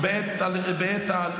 האנרכיסט יושב